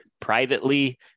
privately